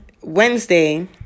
Wednesday